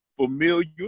familiar